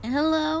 Hello